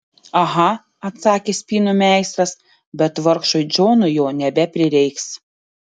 aha atsakė spynų meistras bet vargšui džonui jo nebeprireiks